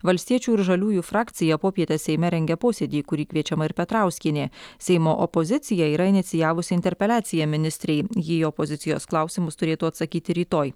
valstiečių ir žaliųjų frakcija popietę seime rengia posėdį į kurį kviečiama ir petrauskienė seimo opozicija yra inicijavusi interpeliaciją ministrei ji į opozicijos klausimus turėtų atsakyti rytoj